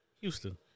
Houston